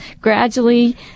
gradually